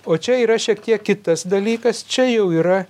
o čia yra šiek tiek kitas dalykas čia jau yra